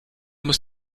muss